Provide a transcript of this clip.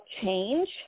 change